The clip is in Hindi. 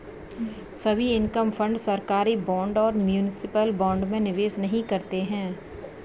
सभी इनकम फंड सरकारी बॉन्ड और म्यूनिसिपल बॉन्ड में निवेश नहीं करते हैं